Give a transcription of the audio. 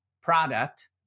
product